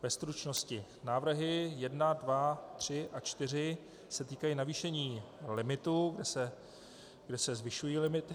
Ve stručnosti: Návrhy 1, 2, 3 a 4 se týkají navýšení limitů, kde se zvyšují limity.